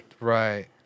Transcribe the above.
right